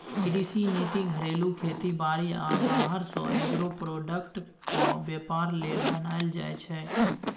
कृषि नीति घरेलू खेती बारी आ बाहर सँ एग्रो प्रोडक्टक बेपार लेल बनाएल जाइ छै